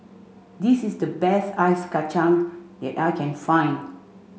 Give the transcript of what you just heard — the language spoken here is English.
this is the best Ice Kacang that I can find